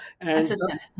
Assistant